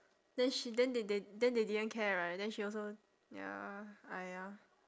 then she then they they then they didn't care right then she also ya !aiya!